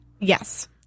Yes